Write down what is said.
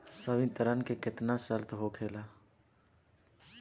संवितरण के केतना शर्त होखेला?